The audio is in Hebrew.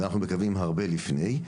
ואנחנו מקווים הרבה לפני,